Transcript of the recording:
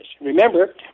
Remember